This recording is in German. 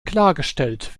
klargestellt